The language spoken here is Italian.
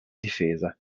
difesa